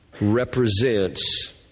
represents